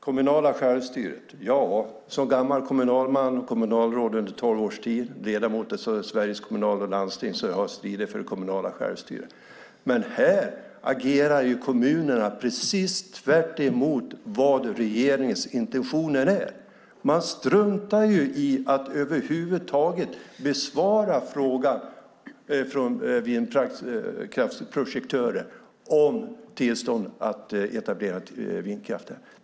Kommunala självstyret: Ja, som gammal kommunalman, kommunalråd under tolv års tid och ledamot i Sveriges Kommuner och Landsting har jag stridit för det kommunala självstyret. Här agerar dock kommunerna precis tvärtemot vad regeringens intentioner är. Man struntar i att över huvud taget besvara frågan från vindkraftsprojektörer om tillstånd att etablera vindkraft.